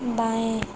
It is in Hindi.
बायें